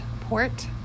port